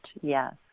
Yes